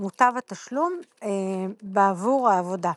מוטב התשלום בעבור העבודה.